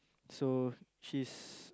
so she's